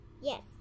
Yes